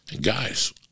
Guys